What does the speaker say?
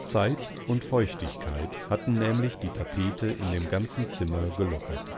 zeit und feuchtigkeit hatten nämlich die tapete in dem ganzen zimmer gelockert